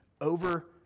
over